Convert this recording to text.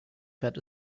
fährt